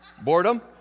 boredom